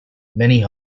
many